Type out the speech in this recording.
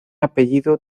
apellido